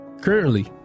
Currently